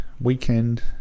weekend